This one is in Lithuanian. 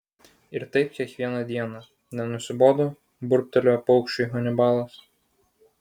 ir taip kiekvieną dieną nenusibodo burbtelėjo paukščiui hanibalas